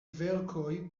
verkoj